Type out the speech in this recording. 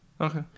Okay